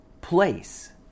place